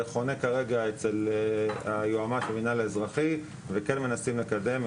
זה חונה כרגע אצל היועמ"ש של המינהל האזרחי וכן מנסים לקדם.